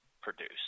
produce